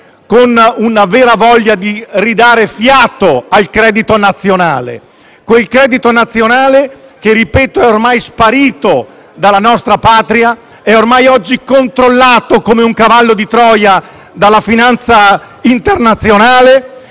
con una vera voglia di ridare fiato al credito nazionale, quel credito nazionale che - lo ripeto - è ormai sparito dalla nostra Patria e oggi è controllato, come un cavallo di Troia, dalla finanza internazionale.